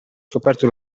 scoperto